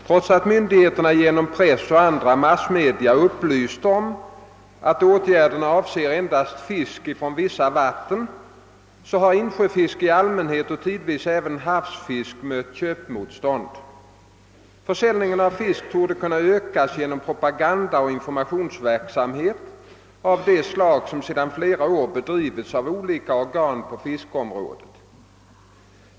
Trots att myndigheterna genom press och andra massmedia upplyst om att åtgärderna avser endast fisk från vissa vatten har insjöfisk i allmänhet och tidvis även havsfisk mött köpmotstånd. Försäljningen av fisk torde kunna ökas genom propaganda och informationsverksamhet av det slag som sedan flera år bedrivs av olika organ på fiskeriområdet.